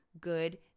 good